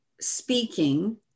speaking